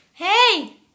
hey